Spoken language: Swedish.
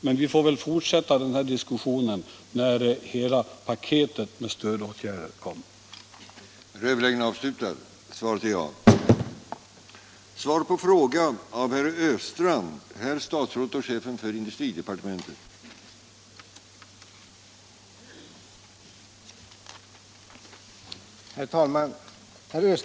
Men vi får väl fortsätta den här diskussionen när hela detta paket med förslag till stödåtgärder har framlagts.